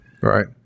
Right